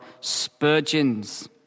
Spurgeon's